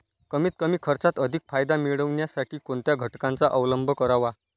कमीत कमी खर्चात अधिक फायदा मिळविण्यासाठी कोणत्या घटकांचा अवलंब करावा?